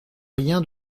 rien